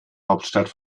hauptstadt